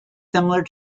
similar